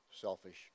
selfish